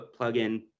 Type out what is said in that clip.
plugin